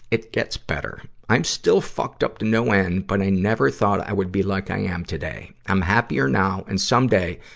it gets better. i'm still fucked up to no end, but i never thought i would be like i am today. i'm happier now and someday,